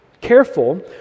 careful